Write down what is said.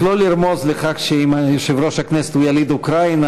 אני מבקש לא לרמוז לחבר כנסת שאם יושב-ראש הכנסת הוא יליד אוקראינה,